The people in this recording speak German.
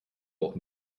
auch